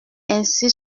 ainsi